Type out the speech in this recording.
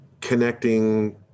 connecting